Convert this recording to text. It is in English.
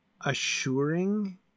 assuring